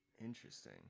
interesting